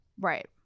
Right